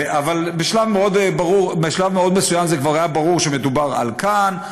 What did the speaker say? אבל בשלב מאוד מסוים זה כבר היה ברור שמדובר על כאן,